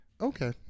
okay